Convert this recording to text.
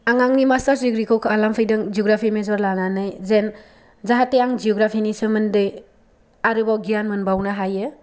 आं आंनि मास्तार्स डिग्रिखौ खालामफैदों जग्राफि मेजर लानानै जेन जाहाथे आं जग्राफिनि सोमोन्दै आरोबाव गियान मोनबावनो हायो